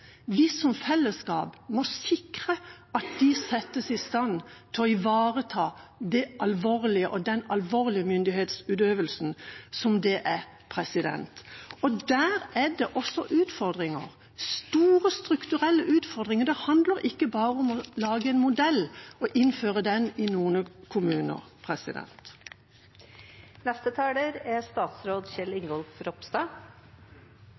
Vi som fellesskap må sikre at de settes i stand til å ivareta den alvorlige myndighetsutøvelsen som det er. Der er det også utfordringer – store strukturelle utfordringer. Det handler ikke bare om å lage en modell og innføre den i noen kommuner.